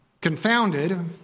confounded